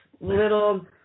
Little